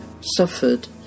suffered